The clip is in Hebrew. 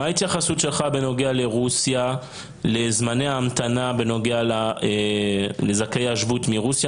מה ההתייחסות שלך בנוגע לזמני ההמתנה בנוגע לזכאי השבות מרוסיה?